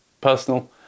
personal